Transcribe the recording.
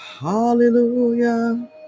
hallelujah